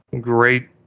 Great